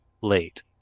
late